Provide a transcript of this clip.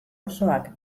osoak